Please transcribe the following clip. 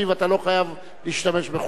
אתה לא חייב להשתמש בכולן.